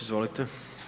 Izvolite.